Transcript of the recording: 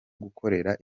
gukorera